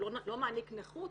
הוא לא מעניק נכות,